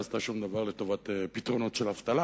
עשתה שום דבר לטובת פתרונות של אבטלה.